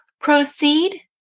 proceed